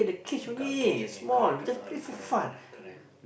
kaki only ya someone correct correct